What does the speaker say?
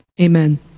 Amen